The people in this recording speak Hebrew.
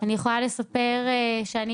אני יכולה לספר שאני